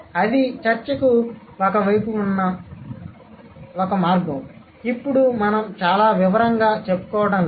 అది చర్చకు ఒక వైపు ఉన్న ఒక మార్గం ఇప్పుడు మనం చాలా వివరంగా చెప్పుకోవటం లేదు